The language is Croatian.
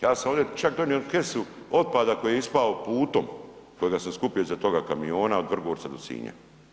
Ja sam ovdje čak donio kesu otpada koji je ispao putem, kojega sam skupio iza toga kamiona od Vrgorca do Sinja.